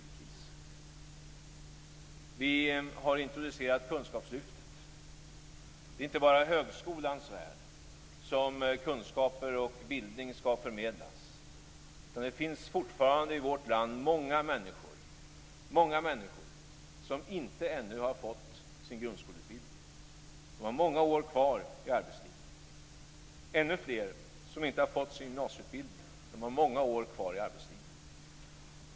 Vi har introducerat kunskapslyftet. Det är inte bara i högskolans värld som kunskaper och bildning skall förmedlas. Det finns fortfarande i vårt land många människor som inte ännu har fått sin grundskoleutbildning, och de har många år kvar i arbetslivet. Det finns ännu fler som inte har fått sin gymnasieutbildning. De har många år kvar i arbetslivet.